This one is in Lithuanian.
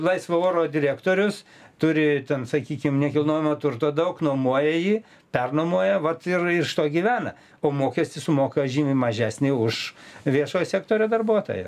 laisvo oro direktorius turi ten sakykim nekilnojamo turto daug nuomoja jį pernuomoja vat ir iš to gyvena o mokestį sumoka žymiai mažesnį už viešojo sektorio darbuotoją